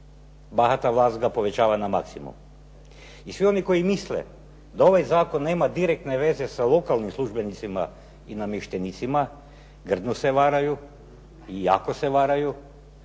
bahata vlast ga povećava na maksimum. I svi oni koji misle da ovaj zakon nema direktne veze sa lokalnim službenicima i namještenicima grdno se varaju i jako se varaju,